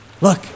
Look